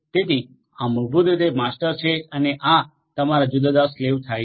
તેથી આ મૂળભૂત રીતે માસ્ટર છે અને આ તમારા જુદા જુદા સ્લેવ થાય છે